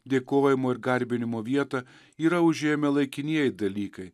dėkojimo ir garbinimo vietą yra užėmę laikinieji dalykai